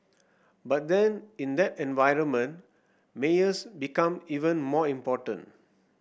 but then in that environment mayors become even more important